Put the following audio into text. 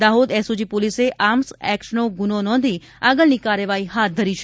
Dahod SOG પોલીસે arms એક્ટનો ગ્રુનો નોંધી આગળની કાર્યવાહી હાથ ધરી હતી